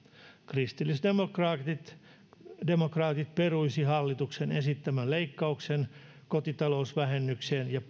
kristillisdemokraatit peruisivat hallituksen esittämän leikkauksen kotitalousvähennykseen ja